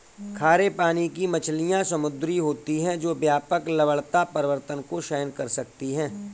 खारे पानी की मछलियाँ समुद्री होती हैं जो व्यापक लवणता परिवर्तन को सहन कर सकती हैं